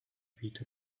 feet